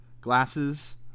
glasses